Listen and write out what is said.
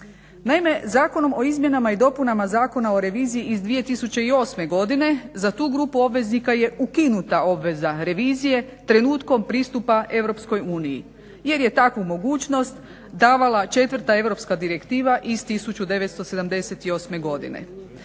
Naime zakonom o izmjenama i dopunama Zakona o reviziji iz 2008. godine za tu grupu obveznika je ukinuta obveza revizije trenutkom pristupa EU. Jer je takvu mogućnost davala četvrta europska direktiva iz 1978. godine.